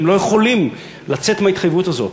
והם לא יכולים לצאת מההתחייבות הזאת.